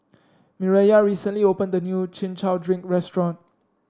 Mireya recently opened a new Chin Chow Drink restaurant